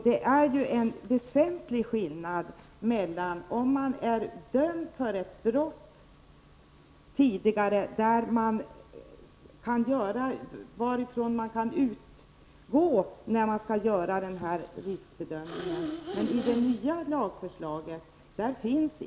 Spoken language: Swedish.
Det är en väsentlig skillnad om en person tidigare är dömd för ett brott, vilket man kan utgå från när man skall göra riskbedömningen.